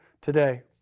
today